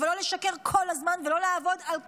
אבל לא לשקר כל הזמן ולא לעבוד על כולם,